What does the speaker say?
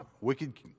wicked